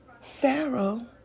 Pharaoh